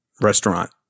restaurant